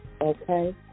Okay